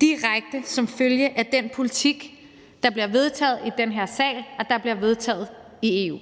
direkte som følge af den politik, der bliver vedtaget i den her sal, og der bliver vedtaget i EU.